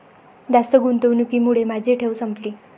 जास्त गुंतवणुकीमुळे माझी ठेव संपली